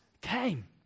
came